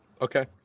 Okay